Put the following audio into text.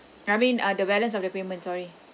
I mean uh the balance of the payment sorry